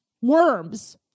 Worms